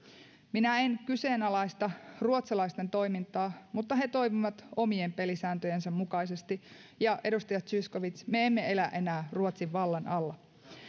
minä en kyseenalaista ruotsalaisten toimintaa mutta he toimivat omien pelisääntöjensä mukaisesti ja edustaja zyskowicz me emme elä enää ruotsin vallan alla